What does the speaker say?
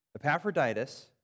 Epaphroditus